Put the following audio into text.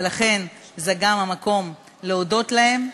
ולכן זה גם המקום להודות להם.